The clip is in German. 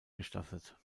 gestattet